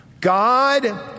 God